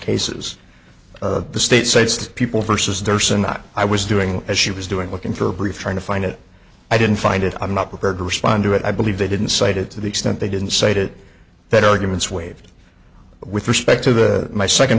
cases the state sites people versus their sonata i was doing as she was doing looking for a brief trying to find it i didn't find it i'm not prepared to respond to it i believe they didn't cite it to the extent they didn't cite it that argument's waived with respect to the my second